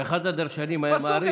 אתה מזכיר לי את אחד הדרשנים שהיה מאריך,